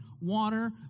water